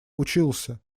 учился